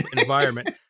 environment